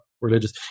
religious